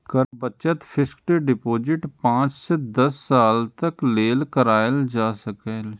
कर बचत fixed deposit पांच सं दस साल तक लेल कराएल जा सकैए